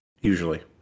usually